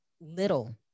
little